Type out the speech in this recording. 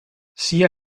sia